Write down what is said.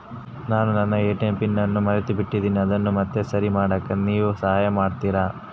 ನಾನು ನನ್ನ ATM pin ಅನ್ನು ಮರೆತುಬಿಟ್ಟೇನಿ ಅದನ್ನು ಮತ್ತೆ ಸರಿ ಮಾಡಾಕ ನೇವು ಸಹಾಯ ಮಾಡ್ತಿರಾ?